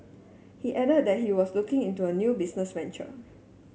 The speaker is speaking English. he added that he was looking into a new business venture